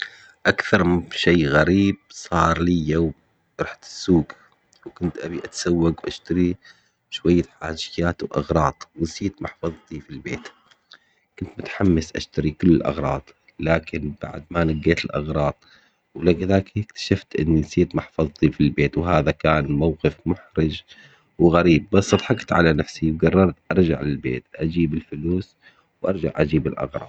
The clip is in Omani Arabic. أكثر شي غريب صار لي روحت السوق وكنت أبي أتسوق وأشتري شوية حاجيات وأغراض ونسيت محفظتي في البيت، كنت متحمس أشتري كل الأغراض لكن بعد ما نقيت الأغراض ولقي ذاكي نسيت إني نسيت محفظتي في البيت وهذا كان موقف محرج وغريب، بس ضحكت على نفسي وقررت أرجع للبيت أجيب الفلوس وأرجع أجيب الأغراض.